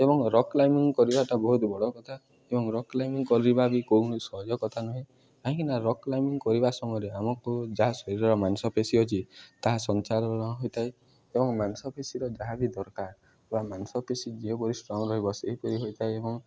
ଏବଂ rock climbing କରିବାଟା ବହୁତ ବଡ଼ କଥା ଏବଂ ରକ୍ କ୍ଲାଇମ୍ବିଙ୍ଗ କରିବା ବି କୌଉସି ସହଜ କଥା ନୁହେଁ କାହିଁକିନା ରକ୍ କ୍ଲାଇମ୍ବିଙ୍ଗ କରିବା ସମୟରେ ଆମକୁ ଯାହା ଶରୀର ମାଂସପେଶି ଅଛି ତାହା ସଞ୍ଚଳ ହୋଇଥାଏ ଏବଂ ମାଂସପେଶିର ଯାହା ବି ଦରକାର ବା ମାଂସପେଶି ଯେପରି ଷ୍ଟ୍ରଙ୍ଗ ରହିବ ସେହିପରି ହୋଇଥାଏ ଏବଂ